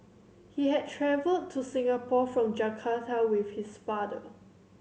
he had travelled to Singapore from Jakarta with his father